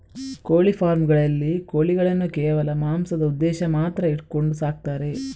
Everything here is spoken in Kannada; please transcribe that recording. ಕೋಳಿ ಫಾರ್ಮ್ ಗಳಲ್ಲಿ ಕೋಳಿಗಳನ್ನು ಕೇವಲ ಮಾಂಸದ ಉದ್ದೇಶ ಮಾತ್ರ ಇಟ್ಕೊಂಡು ಸಾಕ್ತಾರೆ